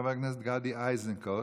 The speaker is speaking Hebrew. חבר הכנסת גדי איזנקוט,